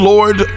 Lord